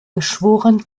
geschworen